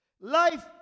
Life